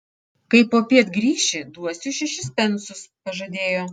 kai popiet grįši duosiu šešis pensus pažadėjo